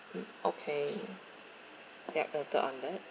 okay yup noted on that